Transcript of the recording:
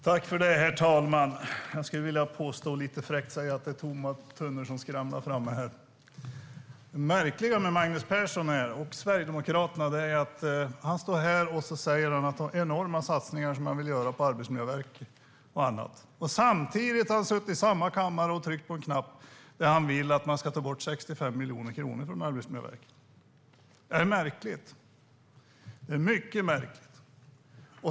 Herr talman! Jag skulle lite fräckt vilja påstå att det är tomma tunnor som skramlar här framme. Det märkliga med Magnus Persson är att han står här och säger att det är enorma satsningar som han vill göra på Arbetsmiljöverket och annat, samtidigt som han har suttit i kammaren och tryckt på en knapp för att ta bort 65 miljoner kronor från Arbetsmiljöverket. Det är mycket märkligt!